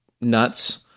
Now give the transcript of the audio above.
nuts